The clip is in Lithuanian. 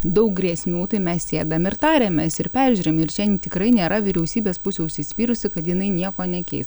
daug grėsmių tai mes sėdam ir tariamės ir peržiūrim ir šian tikrai nėra vyriausybės pusių užsispyrusi kad jinai nieko nekeis